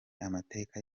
amateka